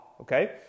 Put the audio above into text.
okay